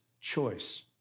choice